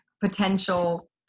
potential